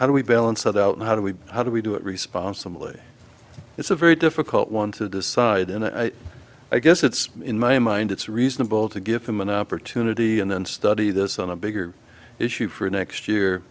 how do we balance that out how do we how do we do it responsibly it's a very difficult one to decide and i guess it's in my mind it's reasonable to give him an opportunity and then study this on a bigger issue for next year